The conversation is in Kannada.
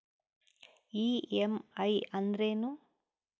ಇ.ಎಂ.ಐ ಅಂದ್ರೇನು?